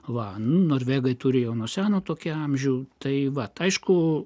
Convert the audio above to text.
va norvegai turėjo nuo seno tokį amžių tai vat aišku